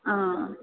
ആ